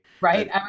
Right